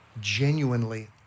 genuinely